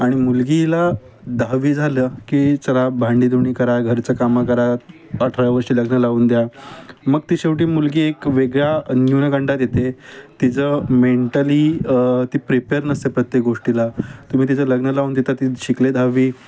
आणि मुलगीला दहावी झालं की चला भांडी दोणी करा घरचं कामं करा अठरा वर्षी लग्न लावून द्या मग ती शेवटी मुलगी एक वेगळ्या न्यूणघंडात येते तिचं मेंटली ती प्रिपेअर नसते प्रत्येक गोष्टीला तुम्ही तिचं लग्न लावून देता ती शिकले दहावी